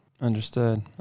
Understood